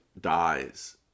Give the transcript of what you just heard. dies